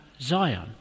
Zion